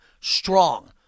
strong